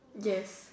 yes